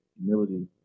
humility